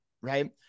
right